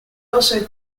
also